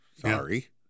sorry